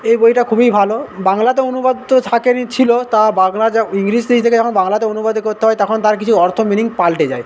এই বইটা খুবই ভালো বাংলাতে অনুবাদ তো থাকেনি ছিল তা বাংলা যা থেকে যখন বাংলাতে অনুবাদে করতে হয় তখন তার কিছু অর্থ মিনিং পালটে যায়